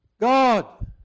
God